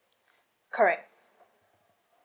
correct